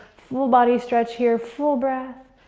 full body stretch here, full breath,